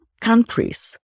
countries